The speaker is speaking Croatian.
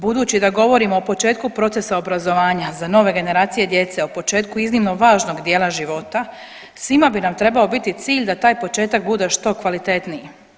Budući da govorimo o početku procesa obrazovanja za nove generacije djece, o početku iznimno važnog dijela života, svima bi nam trebao biti cilj da taj početak bude što kvalitetniji.